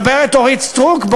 אורית סטרוק מדברת?